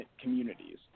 communities